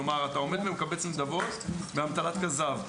כלומר אתה עומד ומקבץ נדבות באמתלת כזב.